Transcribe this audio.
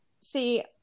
See